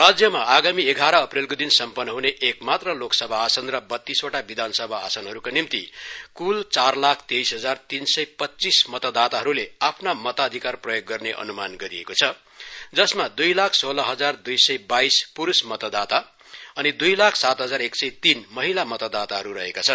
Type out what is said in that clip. राज्यमा आगामी एघाह्र अप्रेलमा सम्पन्न हुने एक मात्र लोकसभा आसन र बतीसवटा विधानसभा आसनहरूका निम्ति क्ल चारलाख तेइसहजार तीन एस पच्चीस मतदाताले आफ्ना मताधिकार प्रयोग गर्ने अन्मान गरिएको छ जसमा द्इलाख सोल्ह हजार द्इसय बाइस प्रूष मतदाता अनि द्इलाख सातहजार एक सय तीन महिला मतदाताहरू रहेका छन्